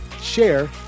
share